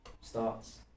starts